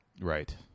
Right